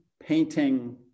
painting